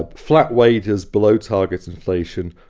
ah flat wage is below target inflation,